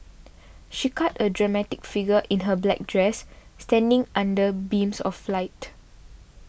she cut a dramatic figure in her black dress standing under beams of light